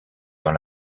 dans